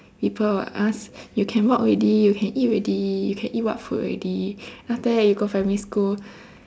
people will ask you can walk already you can eat already you can eat what food already then after that you go primary school